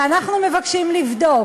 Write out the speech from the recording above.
ואנחנו מבקשים לבדוק,